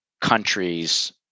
countries